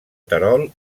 terol